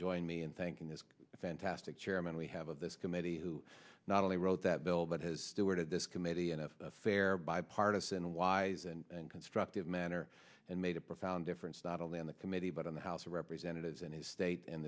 join me in thanking this fantastic chairman we have of this committee who not only wrote that bill but has stewarded this committee and fair bipartisan wise and constructive manner and made a profound difference not only on the committee but on the house of representatives and his state